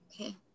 Okay